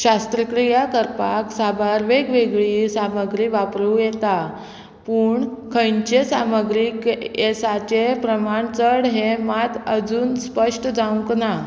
शास्त्रक्रिया करपाक साबार वेगवेगळी सामग्री वापरूं येता पूण खंयचे सामग्रीक येसाचें प्रमाण चड हें मात अजून स्पश्ट जावंक ना